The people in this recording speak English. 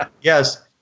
yes